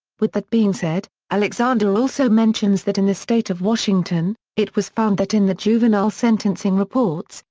with that being said, alexander also mentions that in the state of washington, it was found that in the juvenile sentencing reports,